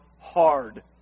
hard